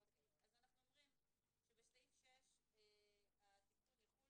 אז אנחנו אומרים שבסעיף 6 התיקון יחול